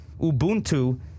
Ubuntu